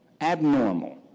abnormal